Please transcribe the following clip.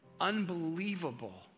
Unbelievable